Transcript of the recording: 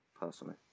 personally